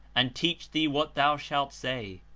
and teach thee what thou shalt say.